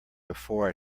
before